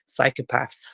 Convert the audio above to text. psychopaths